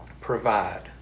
provide